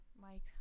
Mike